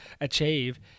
achieve